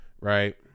right